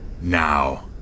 now